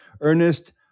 Ernest